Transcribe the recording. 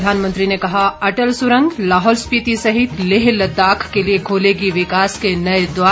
प्रधानमंत्री ने कहा अटल सुरंग लाहौल स्पीति सहित लेह लद्दाख के लिए खोलेगी विकास के नए द्वार